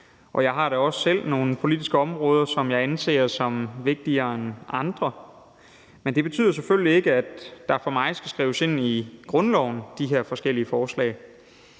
Jeg har da også selv nogle politiske områder, som jeg anser som vigtigere end andre, men det betyder selvfølgelig ikke, at de her forskellige forslag skal skrives ind i grundloven for min skyld.